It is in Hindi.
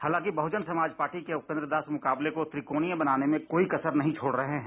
हालांकि बहुजन समाज पार्टी के उपेन्द्र दास मुकाबले को त्रिकोणीय बनाने में कोई कसर नहीं छोड़ रहे हैं